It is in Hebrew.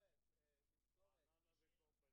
המעטה.